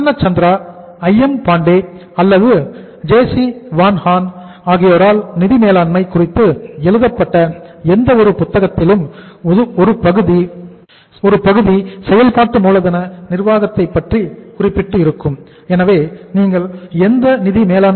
Prasanna Chandra